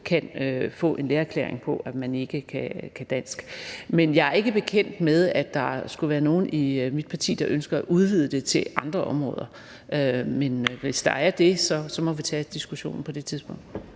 kan få en lægeerklæring på, at man ikke kan dansk. Jeg er ikke bekendt med, at der skulle være nogen i mit parti, der ønsker at udvide det til andre områder. Men hvis der er det, må vi tage diskussionen på det tidspunkt.